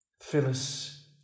Phyllis